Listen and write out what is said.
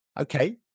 Okay